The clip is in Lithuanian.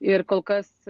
ir kol kas